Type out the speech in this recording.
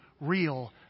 real